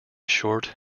short